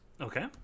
Okay